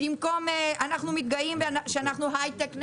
אנחנו מתגאים בזה שאנחנו הייטק ניישן,